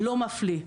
לא מפליא.